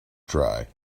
dry